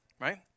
Right